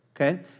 Okay